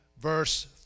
verse